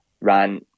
ran